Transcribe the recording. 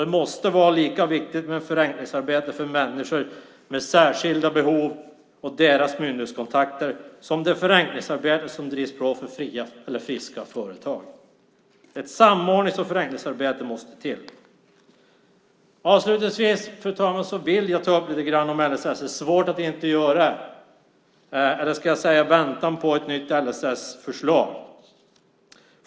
Det måste vara lika viktigt med förenklingsarbete för människor med särskilda behov och deras myndighetskontakter som det förenklingsarbete som drivs för friska företag. Ett samordnings och förenklingsarbete måste till. Fru talman! Jag vill avslutningsvis ta upp frågan om LSS. Det är svårt att inte göra det. Det gäller väntan på ett nytt LSS-förslag.